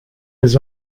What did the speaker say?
his